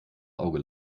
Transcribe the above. auge